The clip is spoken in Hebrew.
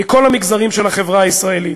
מכל המגזרים של החברה הישראלית.